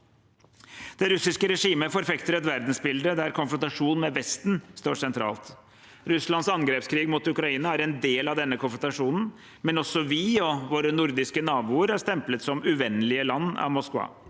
Det russiske regimet forfekter et verdensbilde der konfrontasjon med Vesten står sentralt. Russlands angrepskrig mot Ukraina er en del av denne konfrontasjonen, men også vi og våre nordiske naboer er stemplet som uvennlige land av Moskva.